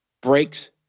breaks